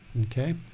Okay